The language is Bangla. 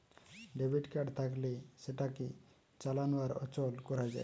ডেবিট কার্ড থাকলে সেটাকে চালানো আর অচল করা যায়